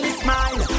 smile